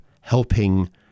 helping